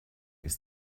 ist